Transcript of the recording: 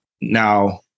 now